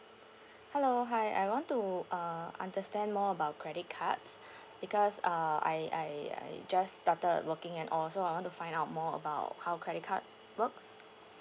hello hi I want to uh understand more about credit cards because uh I I I just started working and all so I want to find out more about how credit card works